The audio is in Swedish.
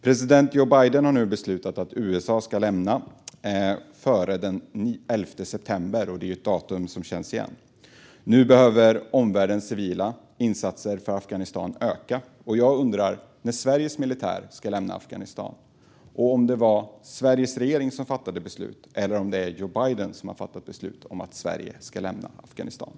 President Joe Biden har nu beslutat att USA ska lämna landet före den 11 september, ett datum som känns igen. Nu behöver omvärldens civila insatser för Afghanistan öka. Jag undrar när Sveriges militär ska lämna Afghanistan och om det var Sveriges regering eller Joe Biden som fattade beslut om att Sverige ska lämna Afghanistan.